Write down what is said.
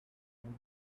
been